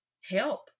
help